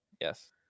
Yes